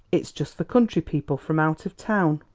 it's just for country people from out of town.